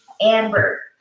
Amber